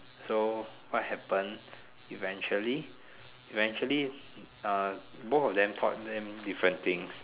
so what happen eventually eventually err both of them taught them different things